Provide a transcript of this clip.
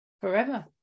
forever